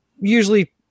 usually